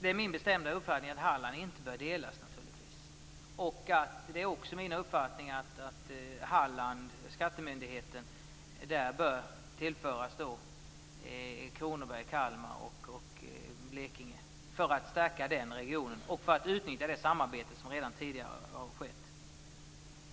Det är min bestämda uppfattning att verksamheten i Hallands län inte bör delas. Det är också min uppfattning att skattemyndigheten där bör tillföras Kronoberg, Kalmar och Blekinge för att stärka regionen och för att utnyttja det samarbete som redan tidigare skett.